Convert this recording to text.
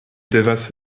devas